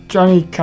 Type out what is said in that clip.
Johnny